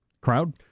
crowd